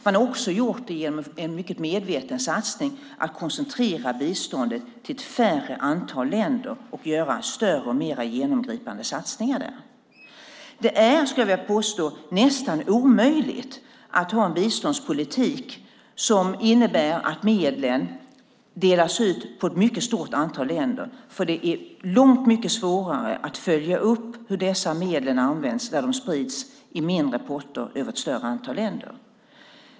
Man har också gjort det genom en mycket medveten satsning på att koncentrera biståndet till ett mindre antal länder och göra större och mer genomgripande satsningar där. Det är, skulle jag vilja påstå, nästan omöjligt att ha en biståndspolitik som innebär att medlen delas ut på ett mycket stort antal länder. Det är mycket svårare att följa upp hur dessa medel används när de sprids i mindre potter över ett större antal länder.